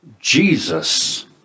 Jesus